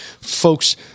folks